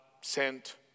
sent